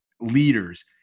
leaders